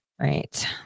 Right